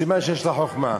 סימן שיש לה חוכמה.